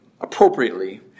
appropriately